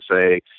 say